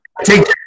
Take